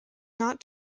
not